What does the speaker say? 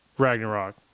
Ragnarok